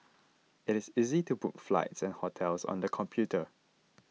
it is easy to book flights and hotels on the computer